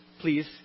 please